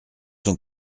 son